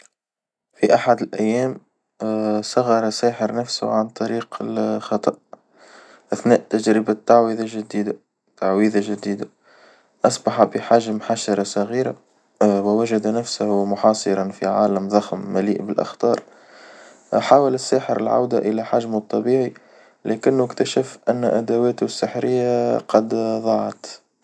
في أحد الأيام، صغّر ساحر نفسه عن طريق الخطأ أثناء تجربة تعويذة جديدة تعويذة جديدة أصبح بحجم حشرة صغيرة، ووجد نفسه محاصرًا في عالم ضخم مليء بالأخطار، حاول الساحر العودة إلى حجمه الطبيعي لكنه اكتشف أن أدواته السحرية قد ظاعت.